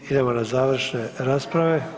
Idemo na završne rasprave.